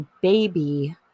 baby